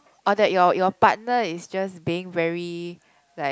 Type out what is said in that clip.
or that your your partner is just being very like